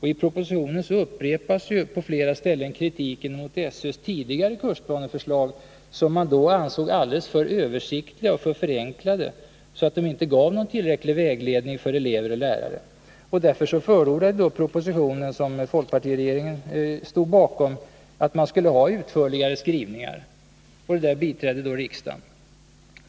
I propositionen upprepas på flera ställen kritiken mot SÖ:s tidigare kursplaneförslag, som ansågs alldeles för översiktliga och förenklade, så att de inte gav tillräcklig vägledning för elever och lärare. Propositionen, som folkpartiregeringen stod bakom, förordar därför utförligare skrivningar. Detta biträdde riksdagen.